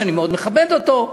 שאני מאוד מכבד אותו,